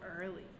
early